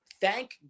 thank